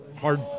hard